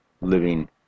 living